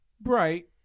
bright